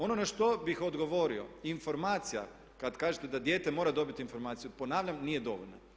Ono na što bih odgovorio, informacija, kad kažete da dijete mora dobiti informaciju, ponavljam nije dovoljna.